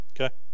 okay